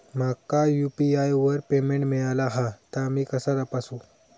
माका यू.पी.आय वर पेमेंट मिळाला हा ता मी कसा तपासू?